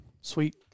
Sweet